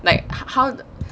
like how the